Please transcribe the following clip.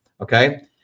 Okay